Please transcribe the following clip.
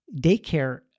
daycare